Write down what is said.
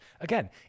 Again